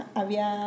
había